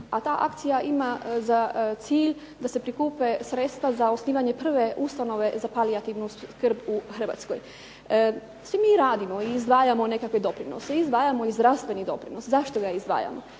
a ta akcija ima za cilj da se prikupe sredstva za osnivanje prve ustanove za palijativnu skrb u Hrvatskoj. Svi mi radimo i izdvajamo nekakve doprinose, izdvajamo i zdravstveni doprinos. Zašto ga izdvajamo?